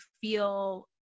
feel